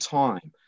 time